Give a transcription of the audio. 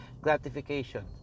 gratification